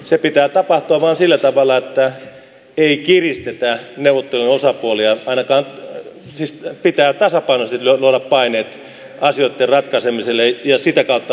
sen pitää vain tapahtua sillä tavalla että ei kiristetä neuvottelun osapuolia ainakaan siis pitää tasapainoisesti luoda paineet asioitten ratkaisemiselle ja sitä kautta hakea ratkaisuja